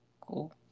Cool